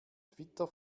twitter